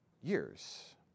years